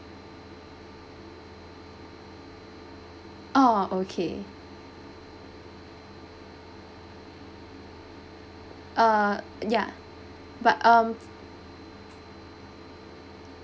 oh okay err ya but um